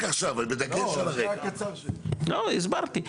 לא הסברתי,